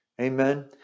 Amen